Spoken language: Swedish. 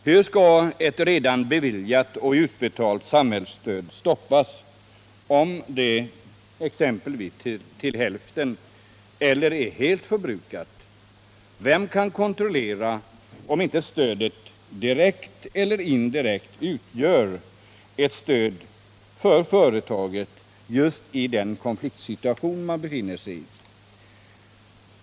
Hur skall ett redan beviljat och utbetalt samhällsstöd stoppas, om det till hälften eller helt är förbrukat? Vem kan kontrollera om inte stödet direkt eller indirekt utgör ett stöd för företaget i den konfliktsituation där man befinner sig?